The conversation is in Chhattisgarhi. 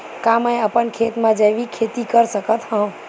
का मैं अपन खेत म जैविक खेती कर सकत हंव?